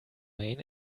domain